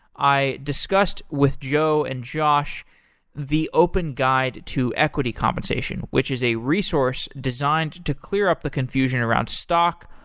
i discussed with joe and josh the open guide to equity compensation, which is a resource designed to clear up the confusion around stock,